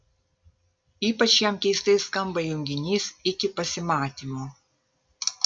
ypač jam keistai skamba junginys iki pasimatymo